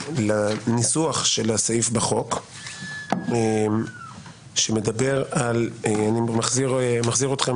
לניסוח של הסעיף בחוק שמדבר על אני מחזיר אתכם